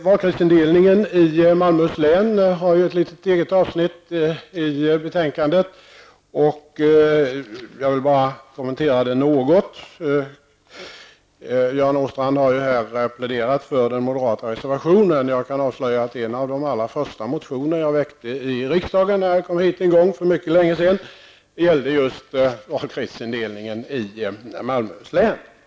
Valkretsindelningen i Malmöhus län har fått ett eget avsnitt i betänkandet. Jag vill bara göra en kort kommentar till detta. Göran Åstrand har här pläderat för den moderata reservationen. Jag kan avslöja att en av de allra första motioner som jag väckte till riksdagen när jag en gång för mycket länge år sedan kom hit gällde just valkretsindelningen i Malmöhus län.